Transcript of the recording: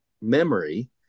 memory